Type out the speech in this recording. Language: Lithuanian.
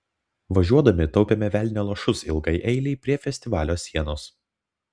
važiuodami taupėme velnio lašus ilgai eilei prie festivalio sienos